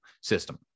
System